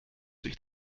sich